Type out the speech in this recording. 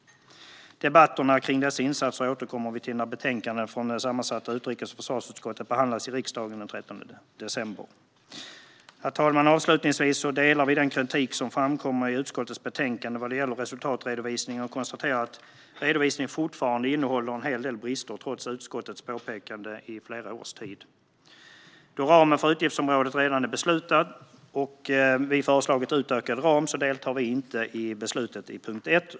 Debatterna kring dessa insatser återkommer vi till när betänkandena från det sammansatta utrikes och försvarsutskottet behandlas i riksdagen den 13 december. Herr talman! Avslutningsvis delar vi den kritik som framkommer i utskottets betänkande vad gäller resultatredovisningen och konstaterar att redovisningen fortfarande innehåller en hel del brister, trots utskottets påpekande under flera års tid. Eftersom ramen för utgiftsområdet redan är beslutad och vi har föreslagit utökad ram deltar vi inte i beslutet i punkt 1.